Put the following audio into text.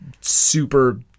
super